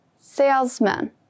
Salesman